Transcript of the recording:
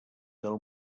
del